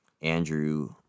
Andrew